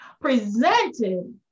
presented